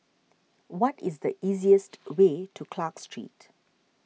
what is the easiest way to Clarke Street